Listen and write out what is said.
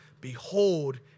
behold